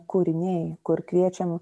kūriniai kur kviečiam